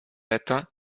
latins